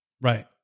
Right